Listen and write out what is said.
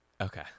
okay